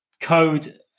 code